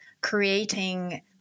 creating